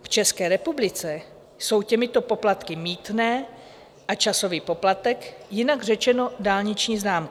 V České republice jsou těmito poplatky mýtné a časový poplatek, jinak řečeno dálniční známka.